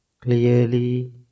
clearly